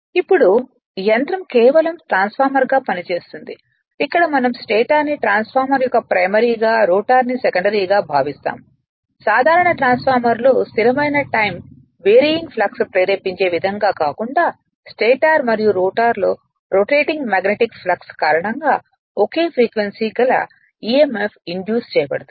ఇప్పుడు యంత్రం కేవలం ట్రాన్స్ఫార్మర్గా పనిచేస్తుంది ఇక్కడ మనం స్టేటర్ ని ట్రాన్స్ఫార్మర్ యొక్క ప్రైమరీ గా రోటర్ ని సెకండరీ గా భావిస్తాము సాధారణ ట్రాన్స్ఫార్మర్లో స్థిరమైన టైమ్ వేరియింగ్ ఫ్లక్స్ ప్రేరేపించే విధంగా కాకుండా స్టేటర్ మరియు రోటర్ లో రొటేటింగ్ మాగ్నెటిక్ ఫ్లక్స్ కారణంగా ఒకే ఫ్రీక్వెన్సీ గల emf ఇండ్యూస్ చేయబడుతుంది